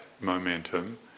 momentum